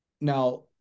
now